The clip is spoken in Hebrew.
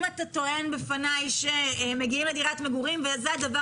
אם אתה טוען בפניי שמגיעים לדירת מגורים וזה הדבר